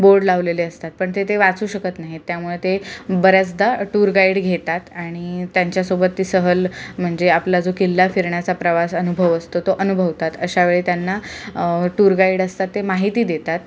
board लावलेले असतात पण ते ते वाचू शकत नाही येत त्यामुळे ते बऱ्याचदा टूर गाईड घेतात आणि त्यांच्यासोबत ती सहल म्हणजे आपला जो किल्ला फिरण्याचा प्रवास अनुभव असतो तो अनुभवतात अशावेळी त्यांना टूर गाईड असतात ते माहिती देतात